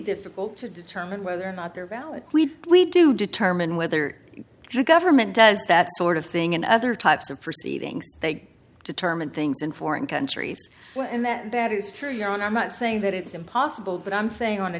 difficult to determine whether or not they're valid we do determine whether the government does that sort of thing and other types of proceedings they determine things in foreign countries and that that is true you know and i'm not saying that it's impossible but i'm saying on a